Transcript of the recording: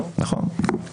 נכון?